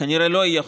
וכנראה לא יהיה,